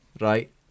Right